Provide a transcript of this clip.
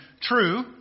true